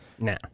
no